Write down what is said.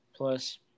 Plus